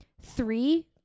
Three